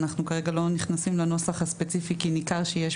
אנחנו כרגע לא נכנסים לנוסח הספציפי כי ניכר שיש